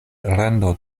rando